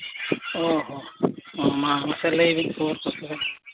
ᱚ ᱦᱚᱸ ᱢᱟᱥᱮ ᱞᱟᱹᱭ ᱵᱤᱱ ᱠᱷᱚᱵᱚᱨ ᱠᱚ